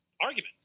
argument